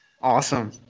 Awesome